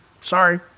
Sorry